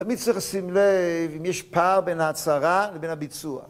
תמיד צריך לשים לב אם יש פער בין ההצהרה לבין הביצוע